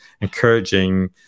encouraging